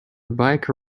bike